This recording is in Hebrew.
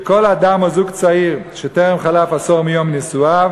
כל אדם או זוג צעיר שטרם חלף עשור מיום נישואיו